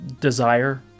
desire